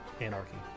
Anarchy